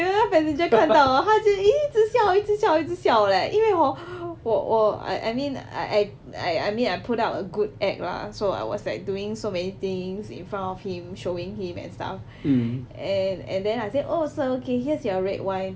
那个 passenger 看到 hor 他就一直笑一直笑咧因为 hor 我我 I I mean I I I mean I put out a good act lah so I was like doing so many things in front of him showing him and stuff and and then I said oh sir here's your red wine